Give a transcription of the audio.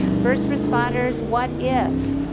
first responders, what if,